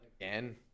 Again